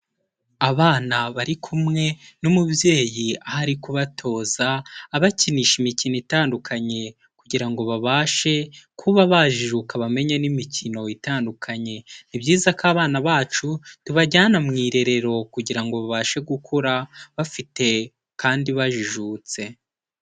Abana bari kumwe n'umubyeyi aho ari kubatoza abakinisha imikino itandukanye kugira ngo babashe kuba bajijuka bamenye n'imikino itandukanye, ni byiza ko abana bacu tubajyana mu irerero kugira ngo babashe gukura bafite kandi bajijutse.